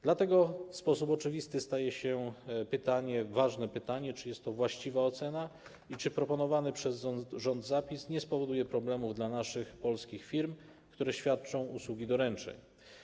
Dlatego oczywiste staje się pytanie, ważne pytanie: Czy jest to właściwa ocena i czy proponowany przez rząd zapis nie spowoduje problemów dla naszych polskich firm, które świadczą usługi doręczeń?